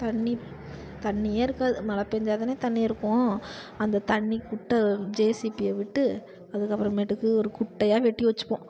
தண்ணி தண்ணியே இருக்காது மழ பெஞ்சா தானே தண்ணி இருக்கும் அந்த தண்ணி குட்டை ஜேசிபியை விட்டு அதுக்கப்புறமேட்டுக்கு ஒரு குட்டையாக வெட்டி வச்சுப்போம்